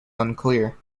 unclear